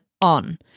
on